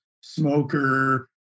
smoker